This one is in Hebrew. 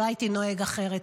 לא הייתי נוהגת אחרת.